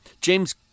James